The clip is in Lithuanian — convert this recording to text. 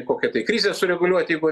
kokią tai krizę sureguliuot jeigu